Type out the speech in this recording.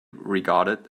regarded